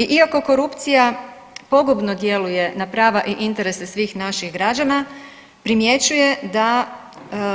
I iako korupcija pogubno djeluje na prava i interese svih naših građana